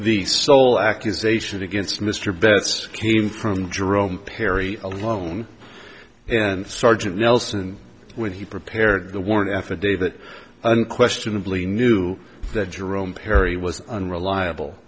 the sole accusation against mr betts came from jerome perry alone and sergeant nelson and when he prepared the warrant affidavit unquestionably knew that jerome perry was unreliable